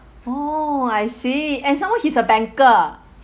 oh I see and some more he's a banker